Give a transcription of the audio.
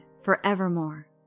forevermore